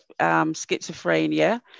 schizophrenia